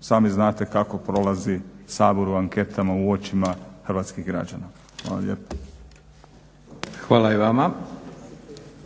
sami znate kako prolazi sabor u anketama, u očima hrvatskih građana. Hvala lijepa. **Leko, Josip (SDP)** Hvala i vama.